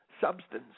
substance